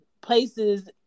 places